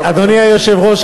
אדוני היושב-ראש,